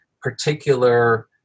particular